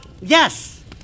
yes